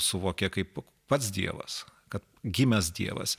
suvokė kaip pats dievas kad gimęs dievas